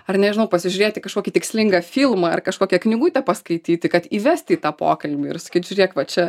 ar nežinau pasižiūrėti kažkokį tikslingą filmą ar kažkokią knygutę paskaityti kad įvesti į tą pokalbį ir sakyt žiūrėk va čia